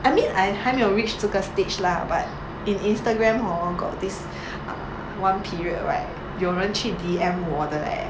I mean I 还没有这个 stage lah but in Instagram hor got this uh one period right 有人去 D_M 我的 leh